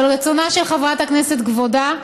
אבל רצונה של חברת הכנסת כבודה,